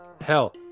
hell